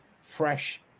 fresh